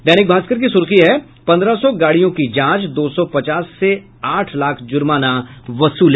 दैनिक भास्कर की सुर्खी है पन्द्रह सौ गाड़ियों की जांच दो सौ पचास से आठ लाख जुर्माना वसूले